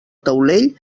taulell